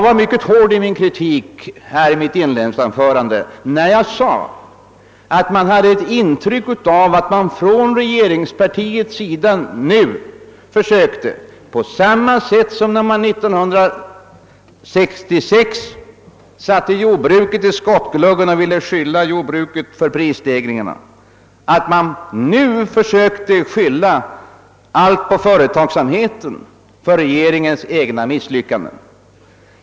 I mitt inledningsanförande var jag mycket hård i min kritik och framhöll att man hade ett intryck av att regeringspartiet nu försökte — på samma sätt som då jordbruket 1966 sattes i skottgluggen och fick skulden för prisstegringarna — skylla på företagsamheten när det gäller regeringens egna misslyckanden.